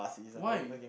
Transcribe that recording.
why